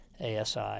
ASI